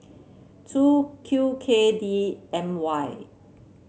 two Q K D M Y